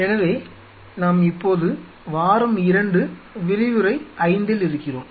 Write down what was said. எனவே நாம் இப்போது வாரம் 2 விரிவுரை 5 இல் இருக்கிறோம்